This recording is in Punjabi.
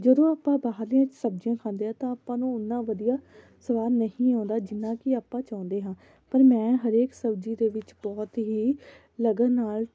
ਜਦੋਂ ਆਪਾਂ ਬਾਹਰਲੀਆਂ ਸਬਜ਼ੀਆਂ ਖਾਂਦੇ ਹਾਂ ਤਾਂ ਆਪਾਂ ਨੂੰ ਉੱਨਾ ਵਧੀਆ ਸਵਾਦ ਨਹੀਂ ਆਉਂਦਾ ਜਿੰਨਾ ਕਿ ਆਪਾਂ ਚਾਹੁੰਦੇ ਹਾਂ ਪਰ ਮੈਂ ਹਰੇਕ ਸਬਜ਼ੀ ਦੇ ਵਿੱਚ ਬਹੁਤ ਹੀ ਲਗਨ ਨਾਲ